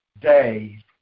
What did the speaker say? day